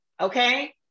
Okay